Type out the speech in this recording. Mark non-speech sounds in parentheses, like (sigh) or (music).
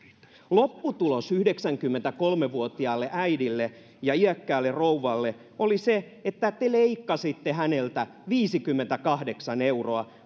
lopputulos yhdeksänkymmentäkolme vuotiaalle äidille ja iäkkäälle rouvalle oli se että te leikkasitte häneltä viisikymmentäkahdeksan euroa (unintelligible)